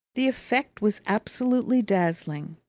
the effect was absolutely dazzling.